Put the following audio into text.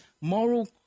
moral